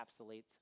encapsulates